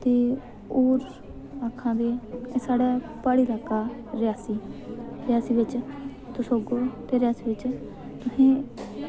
ते होर आक्खां ते साढ़ा प्हाड़ी लाका रियासी रियासी बिच तुस आगे ओ ते रियासी बिच तुसें